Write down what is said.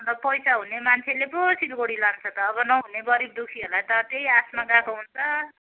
अन्त पैसा हुने मान्छेले पो सिलगढी लान्छ त अब नहुने गरिब दुखीहरूलाई त त्यही आसमा गएको हुन्छ